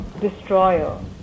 destroyer